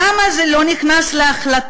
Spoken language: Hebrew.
למה זה לא נכנס להחלטה?